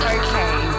okay